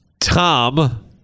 Tom